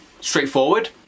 straightforward